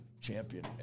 champion